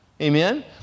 Amen